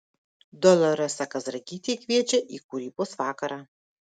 doloresa kazragytė kviečia į kūrybos vakarą